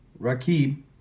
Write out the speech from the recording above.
Rakib